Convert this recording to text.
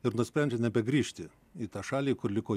ir nusprendžia nebegrįžti į tą šalį kur liko